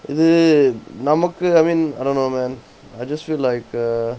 அது நமக்கு:athu namakku I mean I don't know and I just feel like uh